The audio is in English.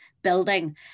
Building